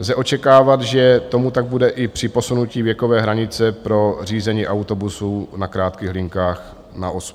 Lze očekávat, že tomu tak bude i při posunutí věkové hranice pro řízení autobusů na krátkých linkách na 18 let.